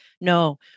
No